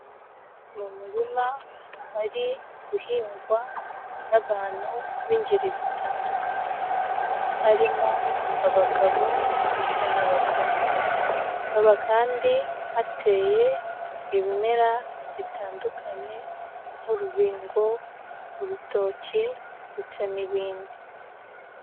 Mu murima hari guhingwa n'abantu b'ingeri zitandukanye, harimo abagabo, ndetse n'abagore, ha kaba kandi hateye ibimera bitandukanye, nk'urubingo, urutoki ndetse n'ibindi.